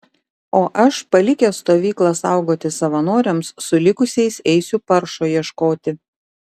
o aš palikęs stovyklą saugoti savanoriams su likusiais eisiu paršo ieškoti